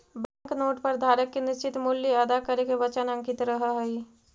bank note पर धारक के निश्चित मूल्य अदा करे के वचन अंकित रहऽ हई